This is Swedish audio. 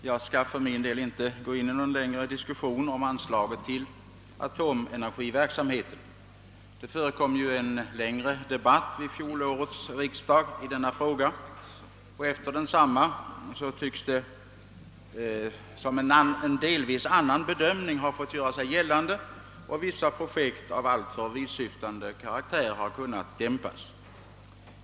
Herr talman! Jag skall inte gå in i någon längre diskussion om anslaget till atomenergiverksamheten. Det förekom ju en längre debatt vid fjolårets riksdag i denna fråga, och efter densamma tycks det som om en delvis annan bedömning har fått göra sig gällande och vissa projekt av alltför vittsyftande karaktär har kunnat dämpas.